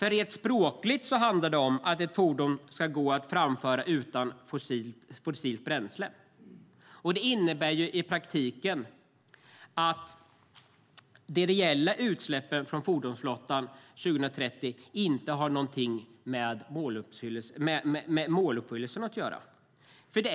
Rent språkligt handlar det om att ett fordon ska gå att framföra utan fossilt bränsle, och det innebär i praktiken att de reella utsläppen från fordonsflottan 2030 inte har någonting med måluppfyllelsen att göra.